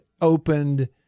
opened